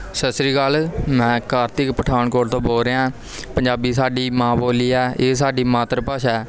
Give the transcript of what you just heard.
ਸਤਿ ਸ਼੍ਰੀ ਅਕਾਲ ਮੈਂ ਕਾਰਤਿਕ ਪਠਾਨਕੋਟ ਤੋਂ ਬੋਲ ਰਿਹਾ ਹਾਂ ਪੰਜਾਬੀ ਸਾਡੀ ਮਾਂ ਬੋਲੀ ਹੈ ਇਹ ਸਾਡੀ ਮਾਤਰ ਭਾਸ਼ਾ ਹੈ